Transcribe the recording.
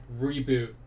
Reboot